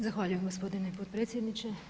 Zahvaljujem gospodine potpredsjedniče.